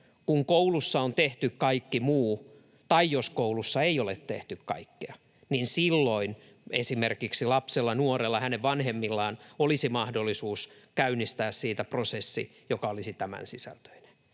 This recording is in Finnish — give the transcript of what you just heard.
kun koulussa on tehty kaikki muu, tai jos koulussa ei ole tehty kaikkea, niin silloin esimerkiksi lapsella, nuorella, hänen vanhemmillaan olisi mahdollisuus käynnistää siitä prosessi, joka olisi tämän sisältöinen.